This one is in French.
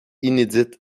inédite